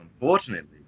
Unfortunately